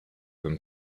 them